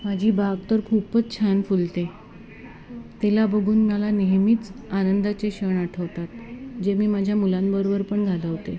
माझी बाग तर खूपच छान फुलते तिला बघून मला नेहमीच आनंदाचे क्षण आठवतात जे मी माझ्या मुलांबरोबर पण घालवते